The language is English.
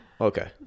Okay